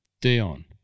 Dion